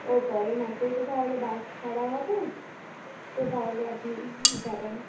ও পরের মাসেই তো তাহলে বাস ছাড়া হবে তো তাহলে আপনি যাবেন